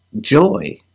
joy